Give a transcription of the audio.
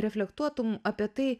reflektuotum apie tai